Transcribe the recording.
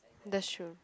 that should